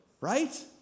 right